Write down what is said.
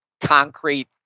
concrete